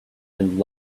and